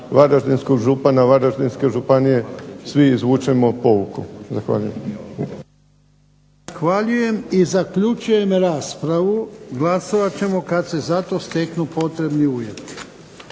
Varaždinskog župana, Varaždinske županije svi izvučemo pouku. **Jarnjak, Ivan (HDZ)** Zahvaljujem i zaključujem raspravu, glasovat ćemo kada se za to steknu potrebni uvjeti.